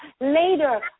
Later